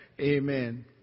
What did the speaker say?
amen